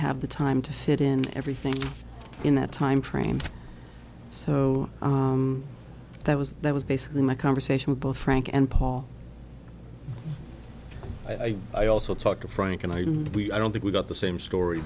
have the time to fit in everything in that timeframe so that was that was basically my conversation with both frank and paul i i also talked to frank and i don't we i don't think we got the same story